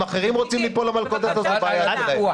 אם אחרים רוצים ליפול למלכודת הזאת זו בעיה שלהם.